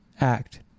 Act